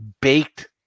baked